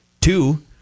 Two-